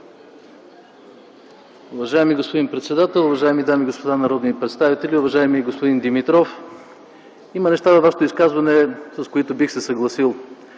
Уважаеми господин председател, уважаеми дами и господа народни представители, уважаеми господин Димитров! Има неща във Вашето изказване, с които бих се съгласил,